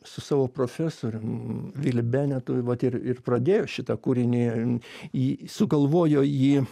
su savo profesorium vili benetu vat ir ir pradėjo šitą kūrinį sugalvojo jį